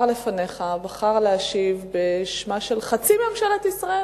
שדיבר לפניך בחר להשיב בשמה של חצי ממשלת ישראל.